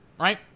right